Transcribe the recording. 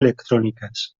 electròniques